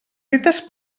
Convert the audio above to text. dites